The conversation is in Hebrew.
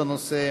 בבקשה,